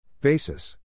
Basis